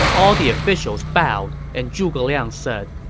all the officials bowed, and zhuge liang said,